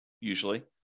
usually